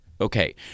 okay